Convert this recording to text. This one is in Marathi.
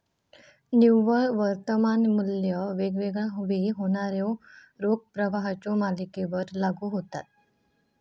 निव्वळ वर्तमान मू्ल्य वेगवेगळा वेळी होणाऱ्यो रोख प्रवाहाच्यो मालिकेवर लागू होता